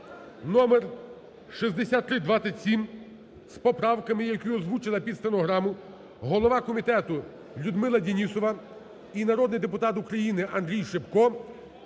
(номер 6327) з поправками, які озвучила під стенограму голова комітету Людмила Денісова і народний депутат Шипко